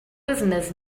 business